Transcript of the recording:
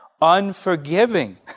unforgiving